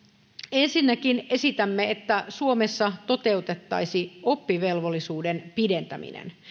ensinnäkin esitämme että suomessa toteutettaisiin oppivelvollisuuden pidentäminen